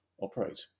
operate